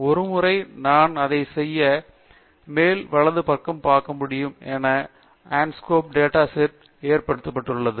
ஒருமுறை நான் அதை செய்ய மேல் வலது பார்க்க முடியும் என ஆஸ்கோம்பே டேட்டா செட் ஏற்றப்பட்டுள்ளது